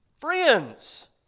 friends